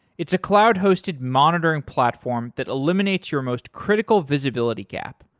it's a cloud-hosted monitoring platform that eliminates your most critical visibility gap,